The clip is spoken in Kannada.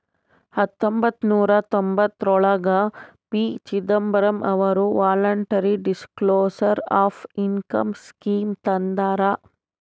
ಹತೊಂಬತ್ತ ನೂರಾ ತೊಂಭತ್ತಯೋಳ್ರಾಗ ಪಿ.ಚಿದಂಬರಂ ಅವರು voluntary disclosure of income scheme ತಂದಾರ